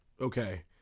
okay